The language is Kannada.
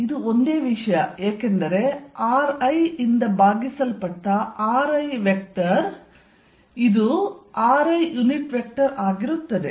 ಇದು ಒಂದೇ ವಿಷಯ ಏಕೆಂದರೆ ri ನಿಂದ ಭಾಗಿಸಲ್ಪಟ್ಟ ri vector ri unit vector ಆಗಿರುತ್ತದೆ